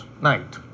Night